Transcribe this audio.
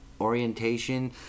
orientation